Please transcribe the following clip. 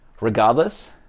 Regardless